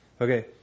Okay